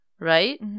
right